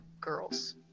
girls